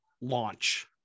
launch